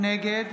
נגד